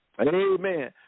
amen